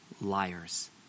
liars